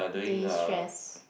destress